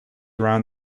around